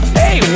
hey